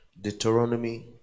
Deuteronomy